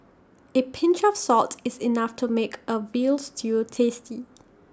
A pinch of salt is enough to make A Veal Stew tasty